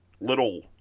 little